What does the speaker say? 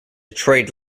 trade